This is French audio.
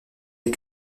des